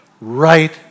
right